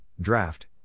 Draft